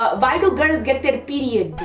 ah why do girls get their period?